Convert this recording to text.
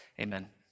Amen